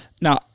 Now